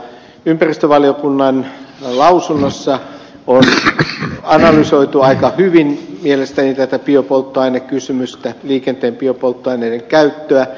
ympäristövaliokunnan lausunnossa on analysoitu mielestäni aika hyvin tätä biopolttoainekysymystä liikenteen biopolttoaineiden käyttöä